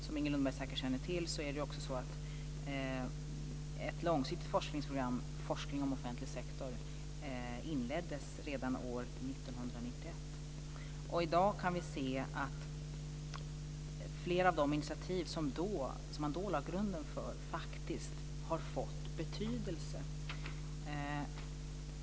Som Inger Lundberg säkert känner till är det också så att ett långsiktigt forskningsprogram, Forskning om offentlig sektor, inleddes redan 1991. I dag kan vi se att flera av de initiativ som man då lade grunden för faktiskt har fått betydelse.